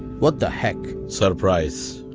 what the heck? surprise.